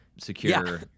secure